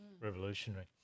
Revolutionary